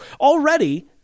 already